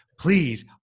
Please